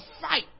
fight